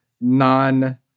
non